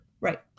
Right